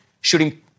shooting